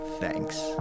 Thanks